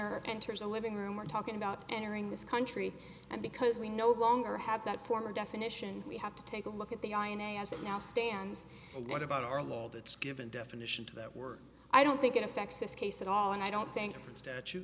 or enters a living room we're talking about entering this country and because we no longer have that form or definition we have to take a look at the i n a as it now stands and what about our law that's given definition to that word i don't think it affects this case at all and i don't think s